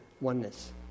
oneness